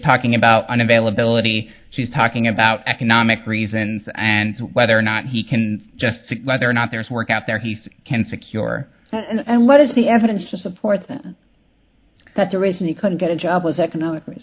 talking about on availability she's talking about economic reasons and whether or not he can just see whether or not there's work out there he can secure and what is the evidence to support that the reason he couldn't get a job was economically